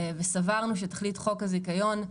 וסברנו שתכלית חוק הזיכיון,